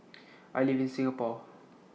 I live in Singapore